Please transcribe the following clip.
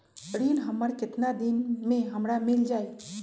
ऋण हमर केतना दिन मे हमरा मील जाई?